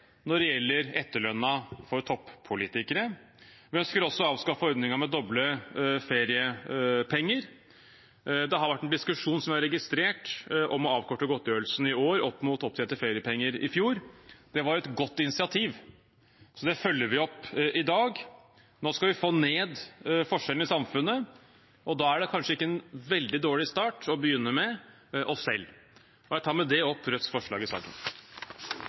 når det gjelder etterlønnen for toppolitikere. Vi ønsker også å avskaffe ordningen med doble feriepenger. Det har vært en diskusjon, som vi har registrert, om å avkorte godtgjørelsen i år opp mot opptjente feriepenger i fjor. Det var et godt initiativ, så det følger vi opp i dag. Nå skal vi få ned forskjellene i samfunnet, og da er det kanskje ikke en veldig dårlig start å begynne med oss selv. Jeg tar med det opp Rødts forslag i saken.